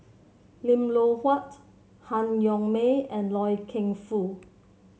Lim Loh Huat Han Yong May and Loy Keng Foo